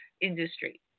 industry